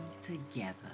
together